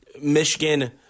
Michigan